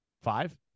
Five